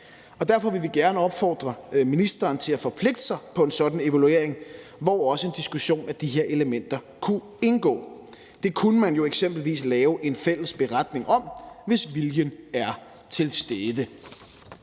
Derfor vil vi gerne opfordre ministeren til at forpligte sig på en sådan evaluering, hvor også en diskussion af de her elementer kunne indgå. Det kunne man jo eksempelvis lave en fælles beretning om, hvis viljen er til stede.